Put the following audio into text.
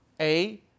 A-